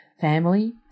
family